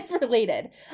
related